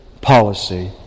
policy